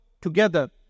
together